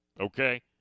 okay